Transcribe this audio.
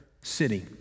city